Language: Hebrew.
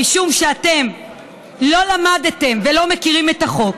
משום שאתם לא למדתם ולא מכירים את החוק,